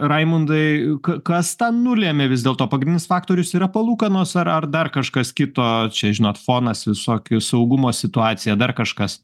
raimundai kas tą nulėmė vis dėlto pagrindinis faktorius yra palūkanos ar ar dar kažkas kito čia žinot fonas visokius saugumo situaciją dar kažkas